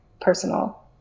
personal